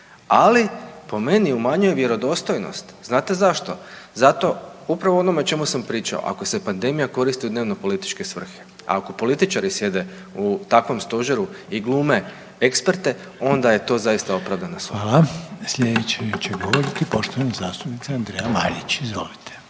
ali po meni umanjuje vjerodostojnost. Znate zašto? Zato, upravo o onome o čemu sam pričao, ako se pandemija koristi u dnevno političke svrhe, a ako političari sjede u takvom stožeru i glume eksperte onda je to zaista opravdana sumnja. **Reiner, Željko (HDZ)** Hvala. Slijedeća će govoriti poštovana zastupnica Andreja Marić, izvolite.